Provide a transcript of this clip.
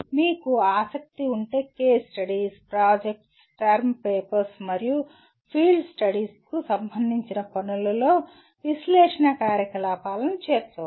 మీకు ఆసక్తి ఉంటే case studies projects term papers మరియు ఫీల్డ్ స్టడీస్ కు సంబంధించిన పనులలో విశ్లేషణ కార్యకలాపాలను చేర్చవచ్చు